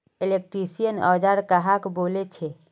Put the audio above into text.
Electrician औजार कहाक बोले छे?